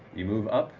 you move up.